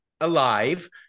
alive